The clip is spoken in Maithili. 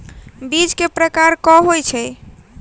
बीज केँ प्रकार कऽ होइ छै?